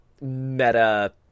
meta